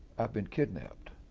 i've been kidnapped.